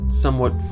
somewhat